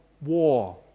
war